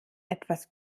etwas